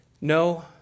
No